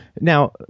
Now